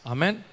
Amen